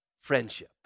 friendship